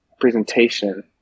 presentation